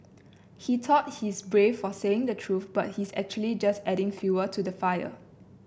he thought he's brave for saying the truth but he's actually just adding fuel to the fire